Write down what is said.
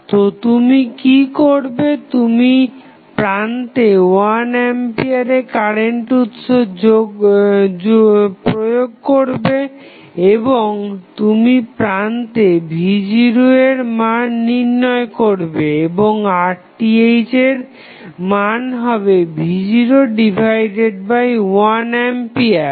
তো তুমি কি করবে তুমি প্রান্তে 1 আম্পিয়ার কারেন্ট উৎস প্রয়োগ করবে এবং তুমি প্রান্তে v0 এর মান নির্ণয় করবে এবং Rth এর মান হবে v01 আম্পিয়ার